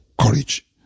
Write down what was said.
courage